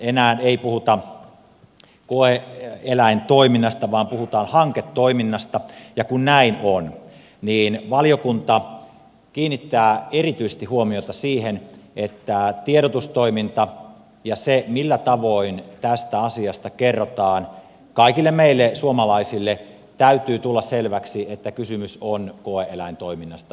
enää ei puhuta koe eläintoiminnasta vaan puhutaan hanketoiminnasta ja kun näin on niin valiokunta kiinnittää erityisesti huomiota siihen että tiedotustoiminnassa ja siinä millä tavoin tästä asiasta kerrotaan kaikille meille suomalaisille täytyy tulla selväksi että kysymys on koe eläintoiminnasta